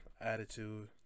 attitude